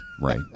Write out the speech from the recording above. right